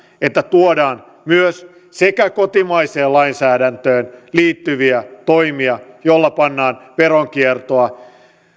että tuodaan myös kotimaiseen lainsäädäntöön liittyviä toimia joilla pannaan veronkiertoa